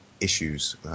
issues